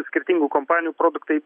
skirtingų kompanijų produktai